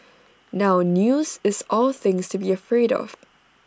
now news is all things to be afraid of